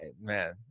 man